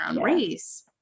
race